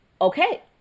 okay